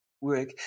work